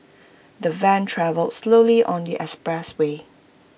the van travelled slowly on the expressway